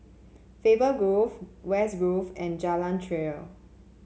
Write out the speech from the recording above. Faber Grove West Grove and Jalan Krian